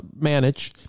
manage